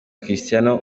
cristiano